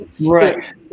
right